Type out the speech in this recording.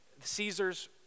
Caesar's